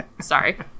Sorry